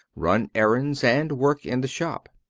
run errands, and work in the shop.